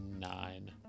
Nine